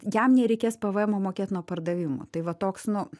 jam nereikės pvmo mokėt nuo pardavimų tai va toks nu